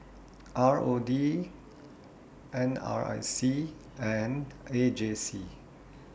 R O D N R I C and A J C